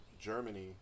Germany